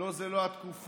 לא, זו לא התקופה,